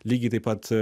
lygiai taip pat